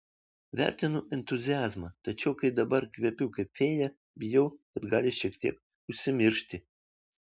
vertinu entuziazmą tačiau kai dabar kvepiu kaip fėja bijau kad gali šiek tiek užsimiršti